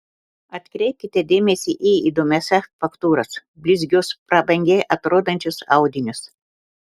atkreipkite dėmesį į įdomias faktūras blizgius prabangiai atrodančius audinius